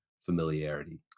familiarity